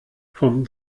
vom